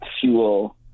fuel